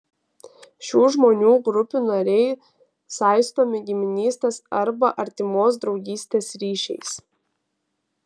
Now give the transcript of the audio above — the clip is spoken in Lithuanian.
šių žmonių grupių nariai saistomi giminystės arba artimos draugystės ryšiais